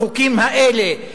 החוקים האלה.